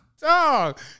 dog